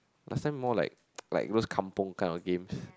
last time more like like those kampung kind of games